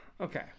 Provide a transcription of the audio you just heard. Okay